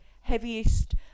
heaviest